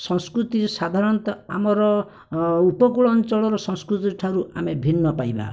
ସଂସ୍କୃତି ସାଧାରଣତଃ ଆମର ଉପକୂଳ ଅଞ୍ଚଳର ସଂସ୍କୃତିଠାରୁ ଆମେ ଭିନ୍ନ ପାଇବା